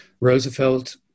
Roosevelt